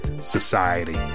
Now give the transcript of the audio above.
society